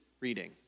reading